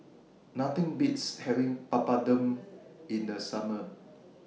Nothing Beats having Papadum in The Summer